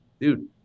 dude